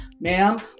ma'am